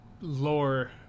lore